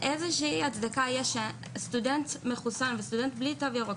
איזו הצדקה יש שסטודנט מחוסן וסטודנט בלי תו ירוק